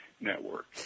network